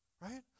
right